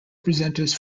presenters